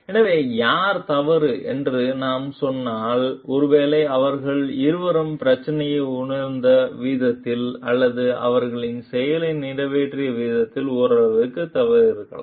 எனவே யார் தவறு என்று நாம் சொன்னால் ஒருவேளை அவர்கள் இருவரும் பிரச்சினையை உணர்ந்த விதத்தில் அல்லது அவர்களின் செயலை நிறைவேற்றிய விதத்தில் ஓரளவிற்கு தவறு இருக்கலாம்